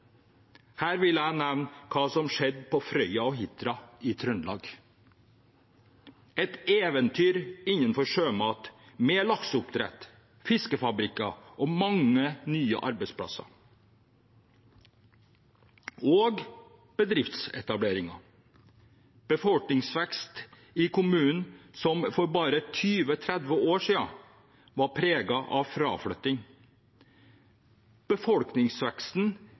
Her vil jeg nevne hva som skjedde på Frøya og Hitra i Trøndelag – et eventyr innenfor sjømat, med lakseoppdrett, fiskefabrikker og mange nye arbeidsplasser og bedriftsetableringer, og med en befolkningsvekst i kommunen som for bare 20–30 år siden var preget av fraflytting. Befolkningsveksten